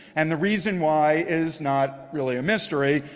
and the reason why is not really a mystery.